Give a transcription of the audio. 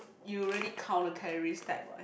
you really count calories type right